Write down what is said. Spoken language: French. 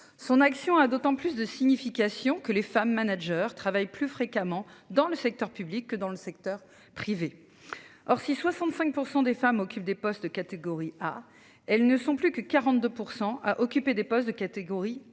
Son action a d'autant plus de signification que les femmes managers travaillent plus fréquemment dans le secteur public que dans le secteur privé. Or, si 65% des femmes occupent des postes de catégorie A, elles ne sont plus que 42% à occuper des postes de catégorie A